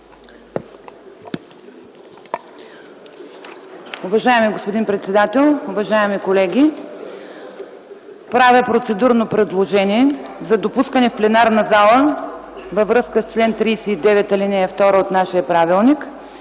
Уважаеми господин председател, уважаеми колеги! Правя процедурно предложение за допускане в пленарната зала във връзка с чл. 39, ал. 2 от нашия правилник,